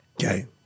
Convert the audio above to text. Okay